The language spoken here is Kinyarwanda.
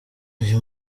uyu